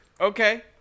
Okay